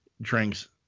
drinks